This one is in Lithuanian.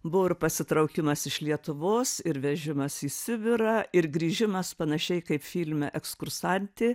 buvo ir pasitraukimas iš lietuvos ir vežimas į sibirą ir grįžimas panašiai kaip filme ekskursantė